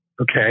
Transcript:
Okay